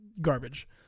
garbage